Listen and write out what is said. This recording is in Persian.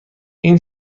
این